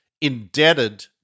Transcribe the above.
indebted